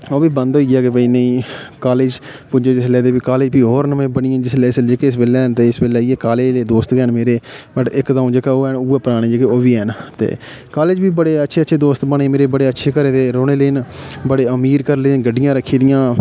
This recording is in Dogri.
ओह् बी बन्द होई गेआ कि भई नेईं कालेज पुज्जे जिसलै ते कालेज फ्ही होर नमें बनी गी जेह्के इस बेल्लै न ते इ'यै कालेज दे दोस्त गै न मेरे बट इक कम्म जेह्का पराने जेह्के ओह् बी हैन ते बड़े अच्छे अच्छे दोस्त बने मेरे बड़े अच्छे घरै दे रौह्ने आह्ले न बड़े अमीर घरै आह्ले न गड्डियां रक्खी दियां